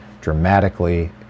dramatically